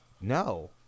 No